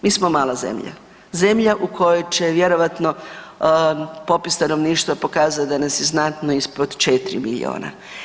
Mi smo mala zemlja, zemlja u kojoj će vjerojatno popis stanovništva pokazati da nas je znatno ispod 4 miliona.